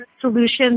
solutions